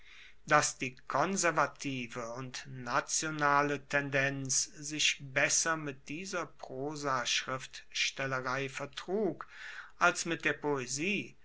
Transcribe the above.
dass die konservative und nationale tendenz sich besser mit dieser prosaschriftstellerei vertrug als mit der poesie